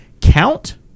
count